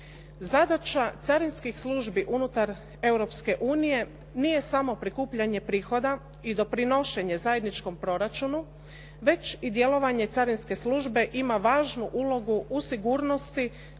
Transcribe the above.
Zadaća carinskih službi unutar Europske unije nije samo prikupljanje prihoda i doprinošenje zajedničkom proračunu već i djelovanje carinske službe ima važnu ulogu u sigurnosti